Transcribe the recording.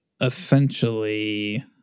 essentially